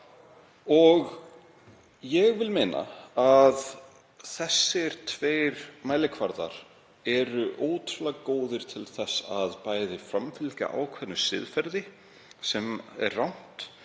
í. Ég vil meina að þessir tveir mælikvarðar séu ótrúlega góðir til þess annars vegar að framfylgja ákveðnu siðferði, sem er rangt,